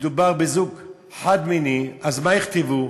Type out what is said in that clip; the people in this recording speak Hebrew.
מדובר בזוג חד-מיני, אז מה יכתבו?